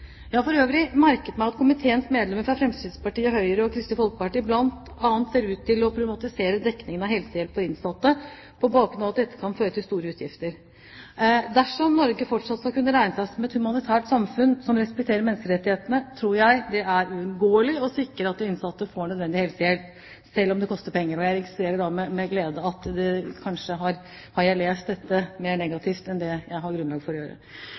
Jeg har for øvrig merket meg at komiteens medlemmer fra Fremskrittspartiet, Høyre og Kristelig Folkeparti bl.a. ser ut til å problematisere dekningen av helsehjelp for innsatte på bakgrunn av at dette kan føre til store utgifter. Dersom Norge fortsatt skal kunne regne seg som et humanitært samfunn som respekterer menneskerettene, tror jeg det er uunngåelig å sikre at de innsatte får nødvendig helsehjelp, selv om det koster penger. Jeg registrerer med glede at kanskje har jeg lest dette mer negativt enn jeg har grunnlag for å gjøre.